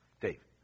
Dave